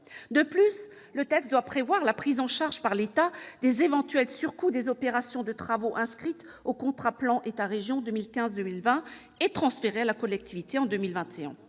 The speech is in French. De plus, le texte doit prévoir la prise en charge par l'État des éventuels surcoûts des opérations de travaux inscrites au contrat de plan État-région 2015-2020 et transférées à la collectivité en 2021.